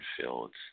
fields